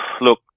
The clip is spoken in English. look